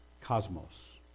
cosmos